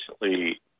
recently